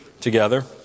together